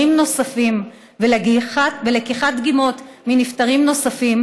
נוספים ולקיחת דגימות מנפטרים נוספים,